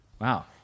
Wow